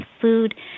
food